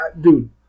dude